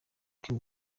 kim